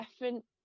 different